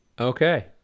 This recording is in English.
Okay